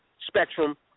spectrum